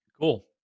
cool